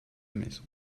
maison